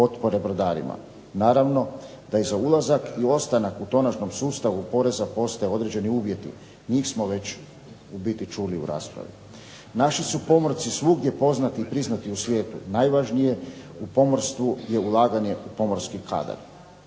potpore brodarima. Naravno da je za ulazak i ostanak u tonažnom sustavu poreza postoje određeni uvjeti. Njih smo već u biti čuli u raspravi. Naši su pomorci svugdje poznati i priznati u svijetu. Najvažnije u pomorstvu je ulaganje u pomorski kadar.